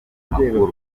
amakuru